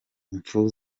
imfu